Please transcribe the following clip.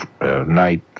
night